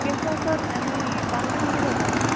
guest হাউছত এনেই দামটো কেনেকৈ লয়